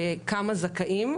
כמה זכאים,